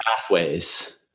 pathways